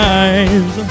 eyes